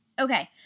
Okay